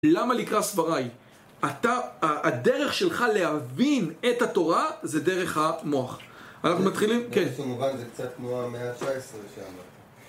למה לקראת סבראי? אתה... הדרך שלך להבין את התורה זה דרך המוח. אנחנו מתחילים? כן. בסופו של מובן זה קצת כמו המאה ה-19 שאמרתי.